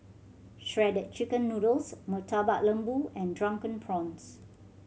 Shredded Chicken Noodles Murtabak Lembu and Drunken Prawns